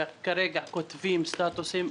וכרגע כותבים סטטוסים,